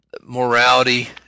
morality